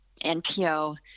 NPO